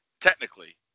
Technically